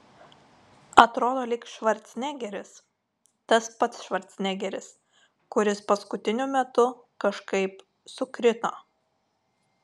atrodo lyg švarcnegeris tas pats švarcnegeris kuris paskutiniu metu kažkaip sukrito